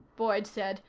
boyd said.